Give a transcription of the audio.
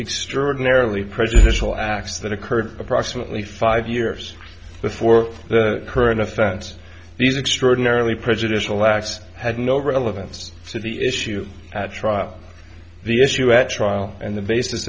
extraordinarily prejudicial acts that occurred approximately five years before the current offense these extraordinarily prejudicial last had no relevance to the issue at trial the issue at trial and the basis